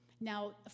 now